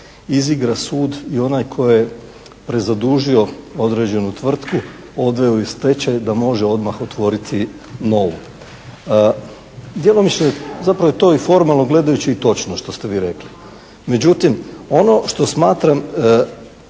izigra sud i onaj koji je prezadužio određenu tvrtku, odveo ju u stečaj da može odmah otvoriti novu. Djelomično, zapravo je to i formalno gledajući i točno što ste vi rekli. Međutim, ono što smatram